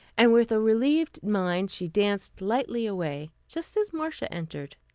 and with a relieved mind she danced lightly away, just as marcia entered.